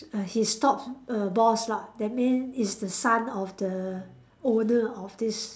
err his top err boss lah that mean is the son of the owner of this